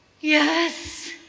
yes